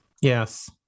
Yes